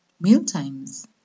Mealtimes